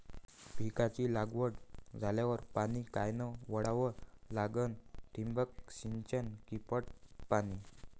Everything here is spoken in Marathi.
पिकाची लागवड झाल्यावर पाणी कायनं वळवा लागीन? ठिबक सिंचन की पट पाणी?